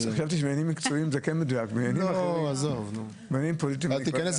לפי העניין: (1)לגבי הפרות תעבורה שדרגת הקנס